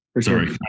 Sorry